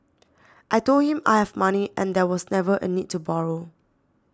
I told him I have money and there was never a need to borrow